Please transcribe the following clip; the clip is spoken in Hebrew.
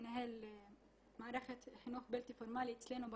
מנהל מערכת חינוך בלתי פורמאלי אצלנו בכפר,